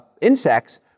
insects